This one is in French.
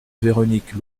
véronique